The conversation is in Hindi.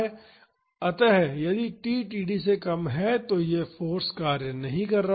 अतः यदि t t d से कम है तो यह फाॅर्स कार्य नहीं कर रहा है